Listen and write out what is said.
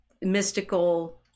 mystical